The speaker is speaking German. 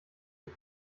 die